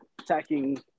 attacking